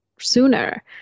sooner